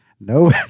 No